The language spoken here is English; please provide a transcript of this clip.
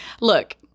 Look